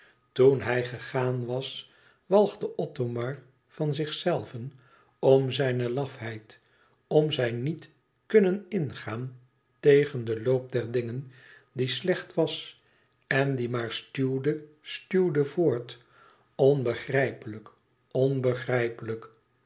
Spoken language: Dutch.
toen hij gegaan was walgde othomar van zichzelven om zijne lafheid om zijn niet kùnnen ingaan tegen den loop der dingen die slecht was en die maar stuwde stuwde voort onbegrijpelijk onbegrijpelijk